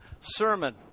sermon